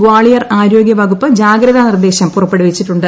ഗ്വാളിയർ ആരോഗ്യ വകുപ്പ് ജാഗ്രതാ നിർദ്ദേൾം പുറപ്പെടുവിച്ചിട്ടുണ്ട്